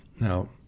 Now